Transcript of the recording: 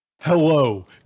Hello